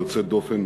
יוצאת דופן,